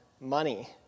money